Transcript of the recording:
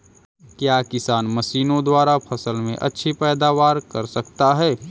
क्या किसान मशीनों द्वारा फसल में अच्छी पैदावार कर सकता है?